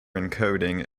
encoding